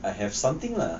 I have something lah